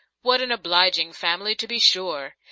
what an obliging family, to be sure.